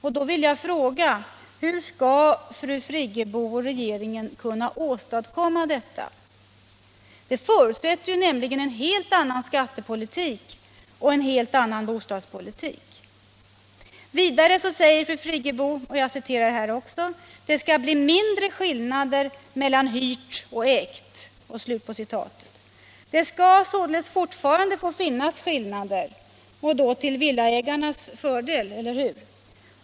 Hur skall fru Friggebo och regeringen åstadkomma detta? Det förutsätter ju en helt annan skattepolitik och en helt annan bostadspolitik. Vidare säger fru Friggebo att ”det skall bli mindre skillnader mellan hyrt och ägt”. Det skall således fortfarande få finnas skillnader och då till villaägarnas fördel, eller hur?